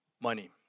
money